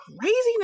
craziness